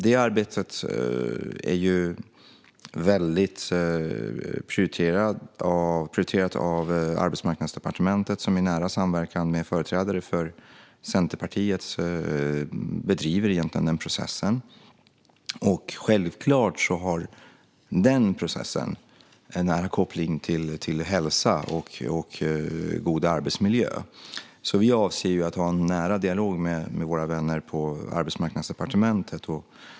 Det arbetet är väldigt prioriterat av Arbetsmarknadsdepartementet som i nära samverkan med företrädare för Centerpartiet bedriver den processen. Självklart har den processen en nära koppling till hälsa och god arbetsmiljö. Vi avser att ha en nära dialog med våra vänner på Arbetsmarknadsdepartementet.